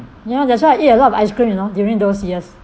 ya that's why I eat a lot of ice cream you know during those years